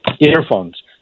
earphones